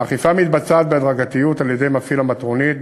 האכיפה מתבצעת בהדרגתיות על-ידי מפעיל המטרונית,